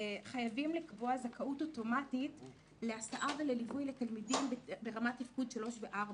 חייבים לקבוע זכאות אוטומטית להסעה לליווי לתלמידים ברמת תפקוד 3 ו-4,